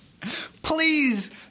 Please